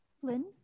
Flynn